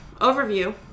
overview